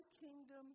kingdom